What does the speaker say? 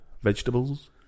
vegetables